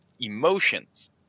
emotions